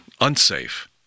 unsafe